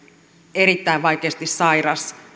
erittäin vaikeasti sairas